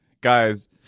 Guys